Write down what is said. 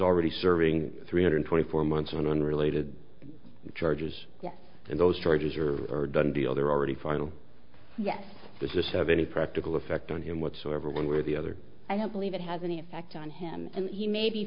already serving three hundred twenty four months on unrelated charges yes those charges are done deal they're already final yes this is have any practical effect on him whatsoever one way or the other i don't believe it has any effect on him and he may be